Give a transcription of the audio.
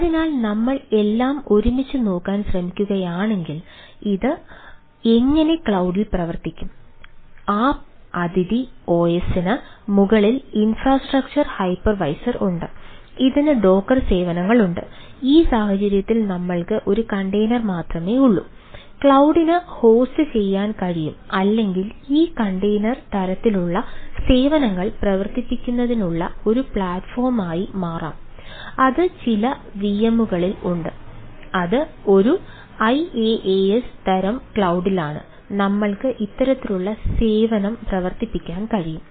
അതിനാൽ നമ്മൾ എല്ലാം ഒരുമിച്ച് നോക്കാൻ ശ്രമിക്കുകയാണെങ്കിൽ അത് എങ്ങനെ ക്ലൌഡിൽ നമ്മൾക്ക് ഇത്തരത്തിലുള്ള സേവനം പ്രവർത്തിപ്പിക്കാൻ കഴിയും